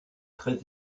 très